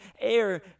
air